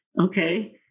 Okay